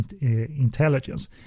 intelligence